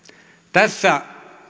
tässä